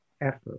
effort